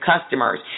customers